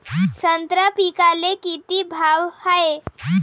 संत्रा पिकाले किती भाव हाये?